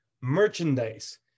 Merchandise